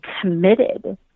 committed